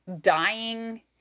dying